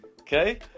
okay